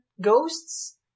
ghosts